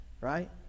Right